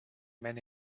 men